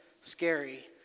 scary